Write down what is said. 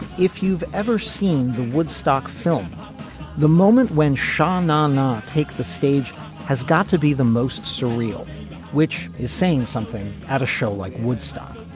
if you've ever seen the woodstock film the moment when shannon take the stage has got to be the most surreal which is saying something at a show like woodstock.